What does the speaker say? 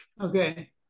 okay